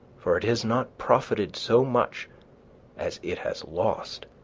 for it has not profited so much as it has lost.